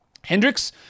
Hendricks